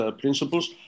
principles